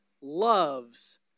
loves